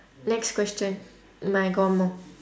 next question mm I got more